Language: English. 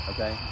Okay